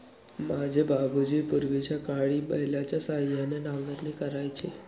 माझे बाबूजी पूर्वीच्याकाळी बैलाच्या सहाय्याने नांगरणी करायचे